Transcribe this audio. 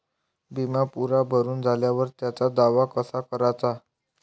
बिमा पुरा भरून झाल्यावर त्याचा दावा कसा कराचा?